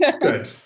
good